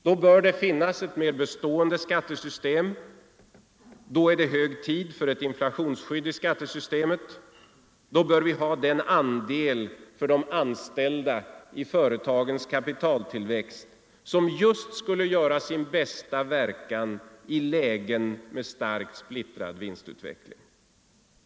Då bör det finnas ett mer bestående skattesystem. Då är det hög tid för ett inflationsskydd i skattesystemet. Då bör vi också ha den andel för de anställda i företagens kapitaltillväxt som skulle göra sin bästa verkan just i lägen med starkt splittrad vinstutveckling.